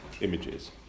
images